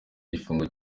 gifungo